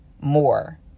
more